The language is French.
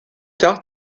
tard